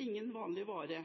Ingen «ordinær» vare»